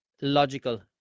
logical